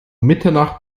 mitternacht